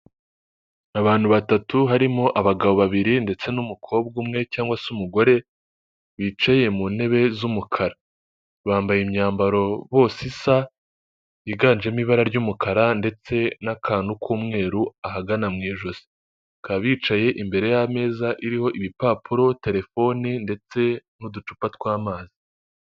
Abantu batatu harimo abagabo babiri ndetse n'umukobwa umwe cyangwa se umugore bicaye mu ntebe z'umukara, bambaye imyambaro bose isa yiganjemo ibara ry'umukara ndetse n'akantu k'umweru ahagana mu ijosi, bakaba bicaye imbere y'ameza iriho ibipapuro, terefone ndetse n'uducupa tw'amazi.